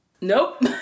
Nope